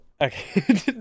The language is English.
Okay